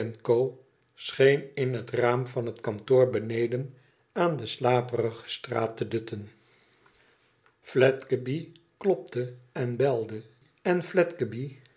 scheen in het raam van het kantoor beneden aan de slaperige straat te dutten fledgeby klopte en belde en